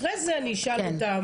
אחרי זה אני אשאל אותם.